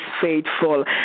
faithful